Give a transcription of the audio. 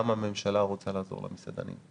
גם הממשלה רוצה לעזור למסעדנים,